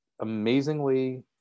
amazingly